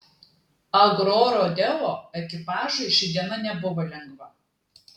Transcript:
agrorodeo ekipažui ši diena nebuvo lengva